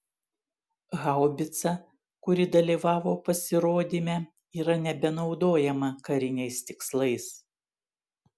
haubica kuri dalyvavo pasirodyme yra nebenaudojama kariniais tikslais